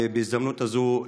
בהזדמנות הזאת,